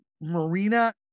Marina